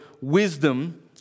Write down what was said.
wisdom